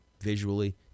visually